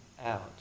out